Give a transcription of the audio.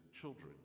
children